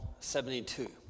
72